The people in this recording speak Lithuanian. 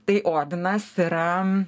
tai odinas yra